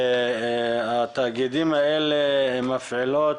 התאגידים האלה מפעילים